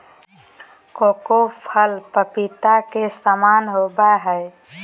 cocoa फल पपीता के समान होबय हइ